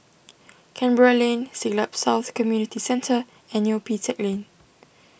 Canberra Lane Siglap South Community Centre and Neo Pee Teck Lane